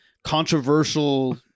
controversial